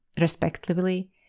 respectively